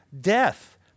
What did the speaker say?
death